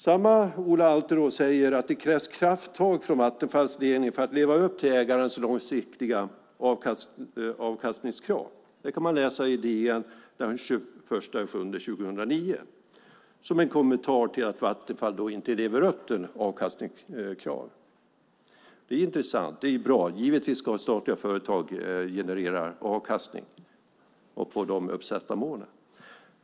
Samme Ola Alterå säger att det krävs krafttag av Vattenfalls ledning för att leva upp till ägarens långsiktiga avkastningskrav. Det kan man läsa i DN den 21 juli 2009, som en kommentar till att Vattenfall inte lever upp till avkastningskraven. Det är bra. Givetvis ska statliga företag generera avkastning och nå de uppsatta målen.